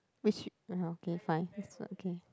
which uh okay fine it's okay